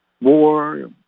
War